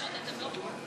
פשוט אתם לא פה.